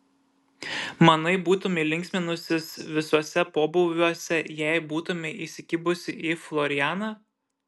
manai būtumei linksminusis visuose pobūviuose jei būtumei įsikibusi į florianą